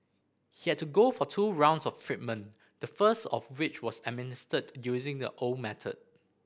he had to go for two rounds of treatment the first of which was administered using the old method